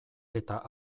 eta